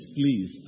please